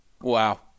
Wow